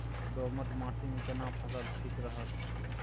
दोमट माटी मे केना फसल ठीक रहत?